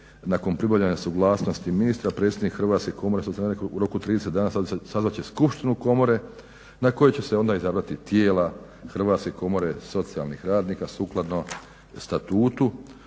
nakon pribavljanja suglasnosti ministra predsjednik Hrvatske komore … u roku od 30 dana sazvat će skupštinu komore na kojoj će se izabrati tijela Hrvatske komore socijalnih radnika sukladno statutu